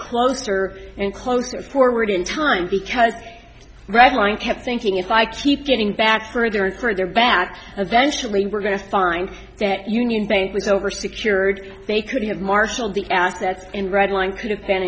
closer and closer forward in time because red line kept thinking if i keep getting back further and further back eventually we're going to find that union bank was over secured they could have marshaled the assets in red line could have been